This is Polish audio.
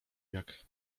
jak